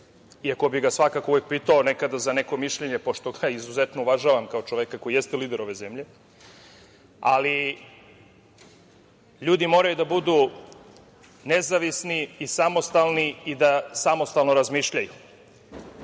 iako bih ga svakako uvek pitao nekada za neko mišljenje, pošto ga izuzetno uvažavam kao čoveka koji jeste lider ove zemlje, ali ljudi moraju da budu nezavisni i samostalni i da samostalno razmišljaju,